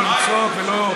לא לצעוק ולא,